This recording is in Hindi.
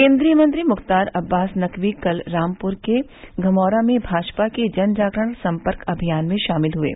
केंद्रीय मंत्री मुख्तार अब्बास नकवी कल रामप्र के धमौरा में भाजपा जनजागरण सम्पर्क अभियान में शामिल हये